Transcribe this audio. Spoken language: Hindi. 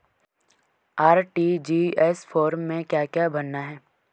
आर.टी.जी.एस फार्म में क्या क्या भरना है?